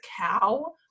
cow